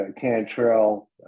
Cantrell